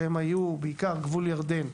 שהם היו בעיקר גבול ירדן,